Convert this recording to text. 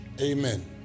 Amen